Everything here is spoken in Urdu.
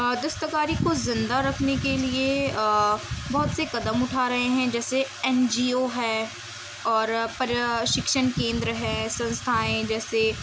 دستکاری کو زندہ رکھنے کے لیے بہت سے قدم اٹھا رہے ہیں جیسے این جی او ہے اور پرشکشن کیندر ہے سنستھائیں جیسے